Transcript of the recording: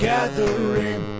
Gathering